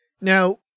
now